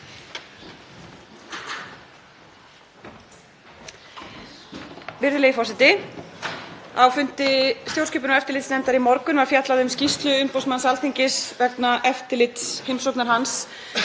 Virðulegi forseti. Á fundi stjórnskipunar- og eftirlitsnefndar í morgun var fjallað um skýrslu umboðsmanns Alþingis vegna eftirlitsheimsóknar hans